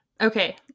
Okay